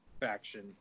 faction